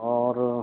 और